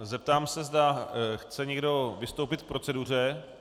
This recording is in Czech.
Zeptám se, zda chce někdo vystoupit k proceduře?